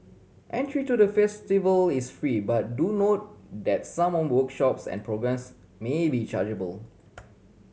entry to the festival is free but do note that someone workshops and programmes may be chargeable